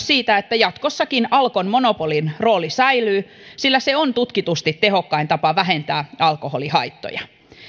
siitä että jatkossakin alkon monopolin rooli säilyy sillä se on tutkitusti tehokkain tapa vähentää alkoholihaittoja